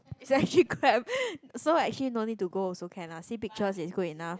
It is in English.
it's actually crap so actually no need to go also can lah see picture is good enough